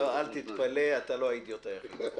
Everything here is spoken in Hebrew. אל תתפלא, אתה לא האידיוט היחיד...